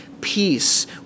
peace